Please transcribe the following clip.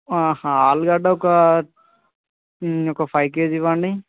ఆలుగడ్డ ఒక ఒక ఫైవ్ కేజీ ఇవ్వండి